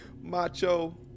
macho